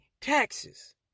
taxes